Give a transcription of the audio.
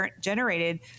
generated